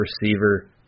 receiver